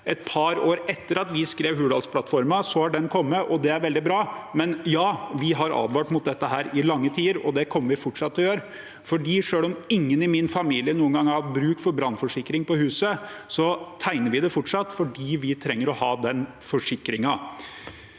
Et par år etter at vi skrev Hurdalsplattformen, kom den, og det er veldig bra. Men ja, vi har advart mot dette i lange tider, og det kommer vi fortsatt til å gjøre. Selv om ingen i min familie noen gang har hatt bruk for brannforsikring på huset, tegner vi det fortsatt fordi vi trenger å ha den forsikringen.